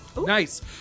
Nice